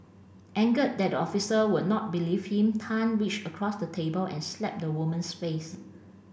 angered that the officer would not believe him Tan reached across the table and slapped the woman's face